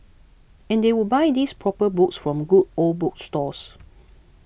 and they would buy these proper books from good old bookstores